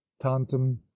tantum